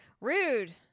Rude